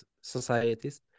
societies